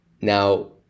Now